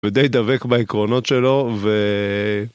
ודי דבק בעקרונות שלו, ו...